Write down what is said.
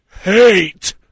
hate